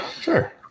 Sure